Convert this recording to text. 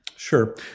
Sure